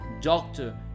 doctor